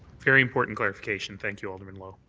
very important clarification. thank you alderman lowe.